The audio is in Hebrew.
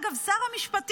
אגב, שר המשפטים,